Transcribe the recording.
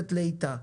גוססת לאטה.